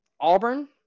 auburn